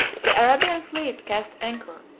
the arabian fleet cast anchor,